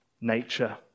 nature